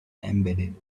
embedded